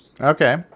Okay